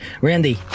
Randy